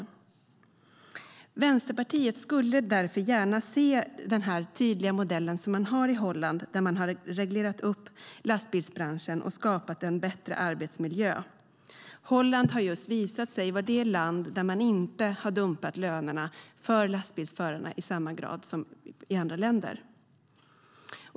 Vänsterpartiet skulle därför gärna se den tydliga modell som man har i Holland, där man har reglerat lastbilsbranschen och skapat en bättre arbetsmiljö. Holland har visat sig vara det land där man inte har dumpat lönerna för lastbilsförarna i samma grad som i andra länder.